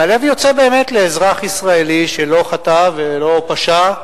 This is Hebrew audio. והלב יוצא, באמת, לאזרח ישראלי שלא חטא ולא פשע,